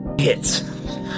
hits